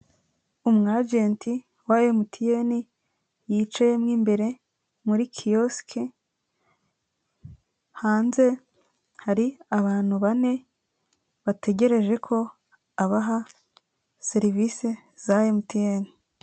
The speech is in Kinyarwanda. Umwagenti wa Emutiyeni yicaye mo imbere muri kiyosike hanze hari abantu bane bategereje ko abaha serivisi za Emutiyeni.